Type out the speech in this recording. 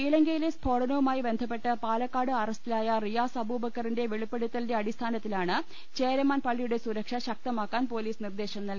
ശ്രീലങ്കയിലെ സ്ഫോടനവുമായ ബന്ധപ്പെട്ട് പാലക്കാട്ട് അറസ്റ്റിലായ റിയാസ് അബൂബക്കറിന്റെ വെളിപ്പെടുത്തലിന്റെ അടിസ്ഥാനത്തിലാണ് ചേര മാൻ പള്ളിയുടെ സുരക്ഷ ശക്തമാക്കാൻ പൊലീസ് നിർദേശം നൽകിയത്